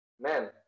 man